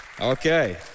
okay